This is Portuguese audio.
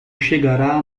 chegará